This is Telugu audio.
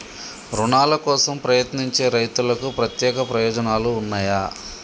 రుణాల కోసం ప్రయత్నించే రైతులకు ప్రత్యేక ప్రయోజనాలు ఉన్నయా?